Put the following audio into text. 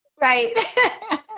right